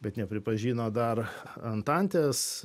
bet nepripažino dar antantės